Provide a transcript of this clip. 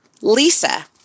LISA